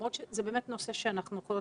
למרות שזה באמת נושא שאפשר